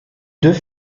deux